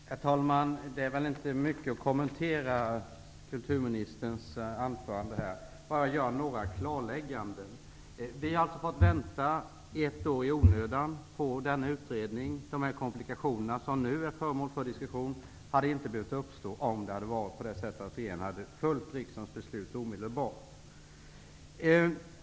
Herr talman! Kulturministerns anförande är väl inte mycket att kommentera. Jag vill bara göra några klarlägganden. Vi har alltså fått vänta ett år i onödan på denna utredning. De komplikationer som nu är föremål för diskussion hade inte behövt uppstå, om regeringen omedelbart hade följt riksdagens beslut.